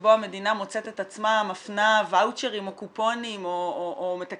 שבו המדינה מוצאת את עצמה מפנה וואצ'רים או קופונים או מתקצבת,